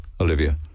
Olivia